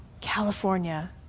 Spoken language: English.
California